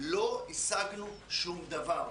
לא השגנו שום דבר,